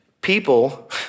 People